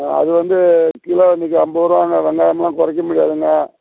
ஆ அதுவந்து கிலோ இன்றைக்கி ஐம்பதுருவாங்க வெங்காயமெலாம் குறைக்க முடியாதுங்க